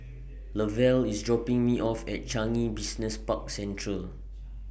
Lavelle IS dropping Me off At Changi Business Park Central